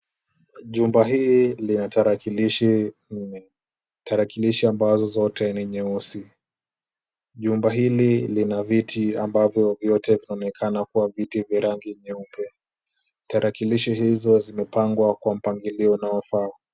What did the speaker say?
Jumba hii lina tarakilishi nne, tarakilishi ambazo zote ni nyeusi. Jumba hili lina viti ambavyo vyote vinaonekana kuwa viti vya rangi nyeupe. Tarakilishi hizo zimepangwa kwa mpangilio unaofaa.